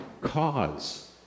cause